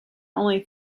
only